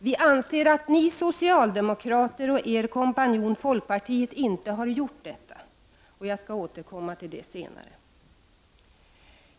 Vi anser att ni socialdemokrater och er kompanjon folkpartiet inte har gjort detta. Jag skall återkomma till det senare.